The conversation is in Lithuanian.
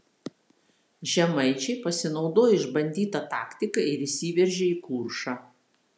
žemaičiai pasinaudojo išbandyta taktika ir įsiveržė į kuršą